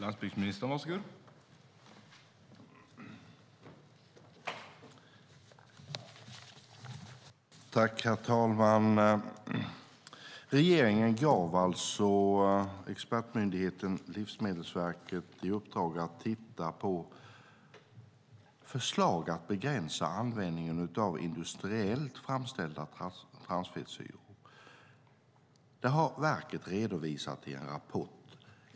Herr talman! Regeringen gav alltså expertmyndigheten Livsmedelsverket i uppdrag att titta på förslag för att begränsa användningen av industriellt framställda transfettsyror. Verket har redovisat det i en rapport.